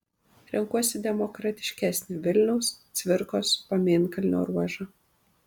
renkuosi demokratiškesnį vilniaus cvirkos pamėnkalnio ruožą